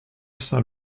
saint